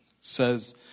says